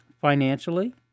financially